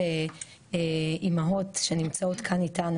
אימהות שנמצאות כאן איתנו.